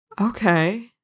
okay